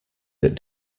that